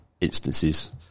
instances